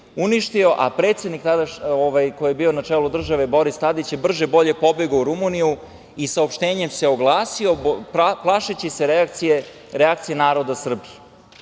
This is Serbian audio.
uništio, a predsednik koji je bio na čelu države, Boris Tadić, je brže-bolje pobegao u Rumuniju i saopštenjem se oglasio, plašeći se reakcije naroda Srbije.Za